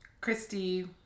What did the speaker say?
Christy